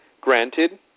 granted